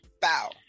Bow